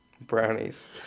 Brownies